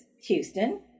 Houston